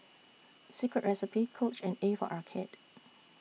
Secret Recipe Coach and A For Arcade